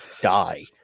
die